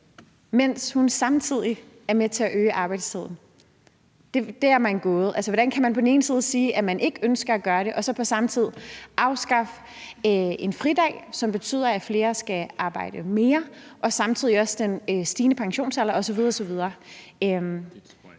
mens hun samtidig er med til at øge arbejdstiden? Det er mig en gåde. Hvordan kan man på den ene side sige, at man ikke ønsker at gøre det og så på samme tid afskaffe en fridag, som betyder, at flere skal arbejde mere, og samtidig er der også en stigende pensionsalder osv. osv.?